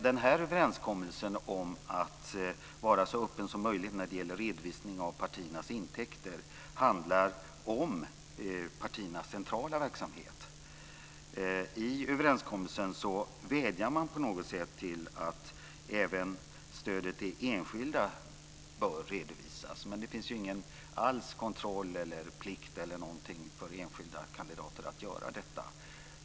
Men den överenskommelsen, om att man ska vara så öppen som möjligt när det gäller redovisningen av partiernas intäkter, handlar om partiernas centrala verksamhet. I överenskommelsen vädjar man på något sätt om att även stödet till enskilda bör redovisas, men det finns inte alls någon kontroll eller någon plikt eller liknande när det gäller att enskilda kandidater ska göra detta.